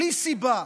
בלי סיבה,